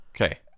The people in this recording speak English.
Okay